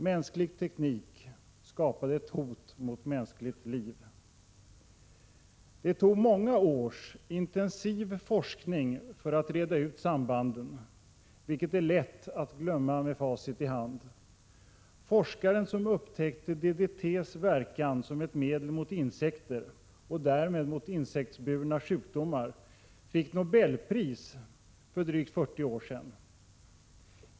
Mänsklig teknik skapade ett hot mot mänskligt liv. Det tog många års intensiv forskning för att reda ut sambanden, vilket är lätt att glömma med facit i hand. Forskaren som upptäckte DDT:s verkan som ett medel mot insekter och därmed mot insektsburna sjukdomar fick nobelpris för drygt 40 år sedan.